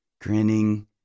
grinning